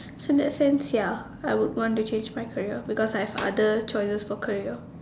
so in that sense ya I would want to change my career because I have other choices for career